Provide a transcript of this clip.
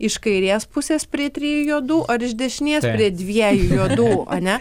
iš kairės pusės prie trijų juodų ar iš dešinės prie dviejų juodų ane